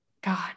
God